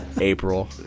April